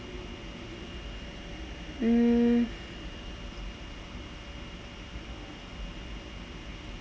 mm